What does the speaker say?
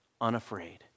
unafraid